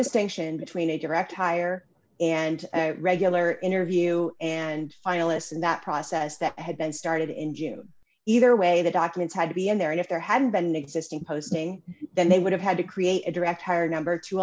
distinction between a direct hire and regular interview and finalists and that process that had been started in june either way the documents had to be in there and if there hadn't been existing post may then they would have had to create a direct hire number to